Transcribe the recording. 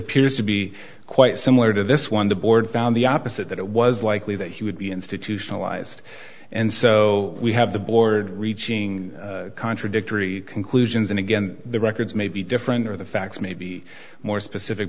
appears to be quite similar to this one the board found the opposite that it was likely that he would be institutionalized and so we have the board reaching contradictory conclusions and again the records may be different or the facts may be more specific